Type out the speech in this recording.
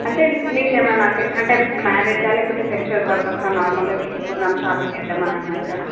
అంటే మీకు ఏమన్నా అకేషనా అంటే మ్యారేజ్ లేకపోతే ఫెస్టివల్ పర్పస్ నార్మల్గా తీసుకుందాం షాపింగ్ చేద్దాం అన్నట్టుగానా